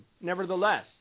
nevertheless